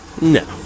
No